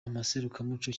amaserukiramuco